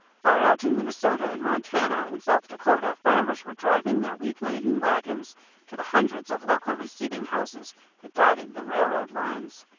far out in minnesota and montana and south dakota farmers were driving their wheat-laden wagons to the hundreds of local receiving houses that dotted the railroad lines.